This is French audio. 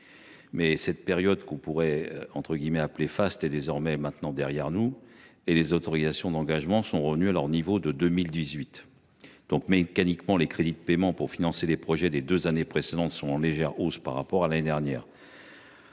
Cette période, qu’on pourrait appeler « faste », est désormais derrière nous. Les autorisations d’engagement sont revenues à leur niveau de 2018. Mécaniquement, les crédits de paiement pour financer les projets des deux années précédentes sont en légère hausse par rapport à l’année dernière.